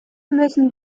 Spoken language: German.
müssen